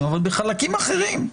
אבל בחלקים האחרים,